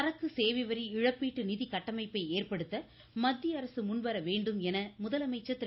சரக்கு சேவை வரி இழப்பீட்டு நிதி கட்டமைப்பை ஏற்படுத்த மத்திய அரசு முன் வேண்டும் என்று முதலமைச்சர் திரு